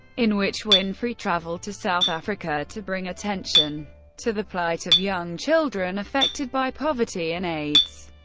in which winfrey travelled to south africa to bring attention to the plight of young children affected by poverty and aids.